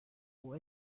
può